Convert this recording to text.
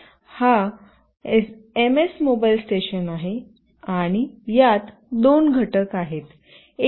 हा MS mobile station आहे आणि यात दोन घटक आहेत